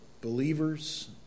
believers